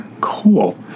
Cool